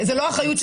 זה לא הסמכות שלו.